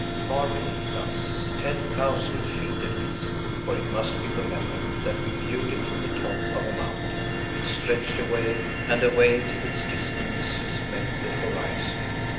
far beneath us, ten thousand feet at least for it must be remembered that we viewed it from the top of a mountain it stretched away and away till its distances met the horizon.